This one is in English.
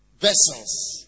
vessels